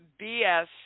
BS